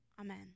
Amen